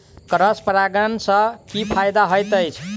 Cross परागण सँ की फायदा हएत अछि?